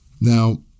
Now